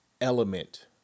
element